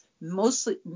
mostly